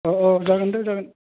अह अह जागोन दे जागोन